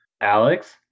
Alex